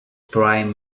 prime